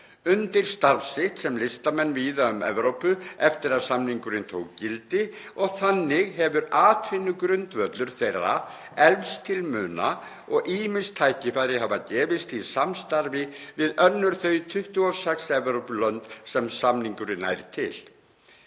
undir starf sitt sem listamenn víða um Evrópu eftir að samningurinn tók gildi og þannig hefur atvinnugrundvöllur þeirra eflst til muna og ýmis tækifæri hafa gefist í samstarfi við önnur þau 26 Evrópulönd sem samningurinn nær til.